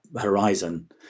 horizon